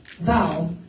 Thou